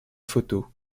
photo